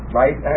right